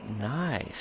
Nice